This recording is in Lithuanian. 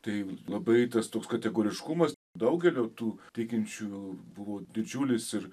tai labai tas toks kategoriškumas daugelio tų tikinčiųjų buvo didžiulis ir